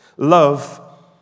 Love